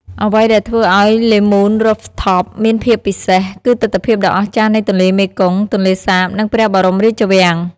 អ្វីដែលធ្វើឱ្យ លេ មូន រូហ្វថប (Le Moon Rooftop) មានភាពពិសេស គឺទិដ្ឋភាពដ៏អស្ចារ្យនៃទន្លេមេគង្គ ទន្លេសាប និងព្រះបរមរាជវាំង។